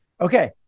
Okay